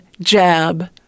jab